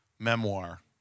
Memoir